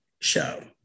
show